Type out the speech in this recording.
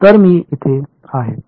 तर मी येथे आहे